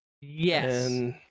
Yes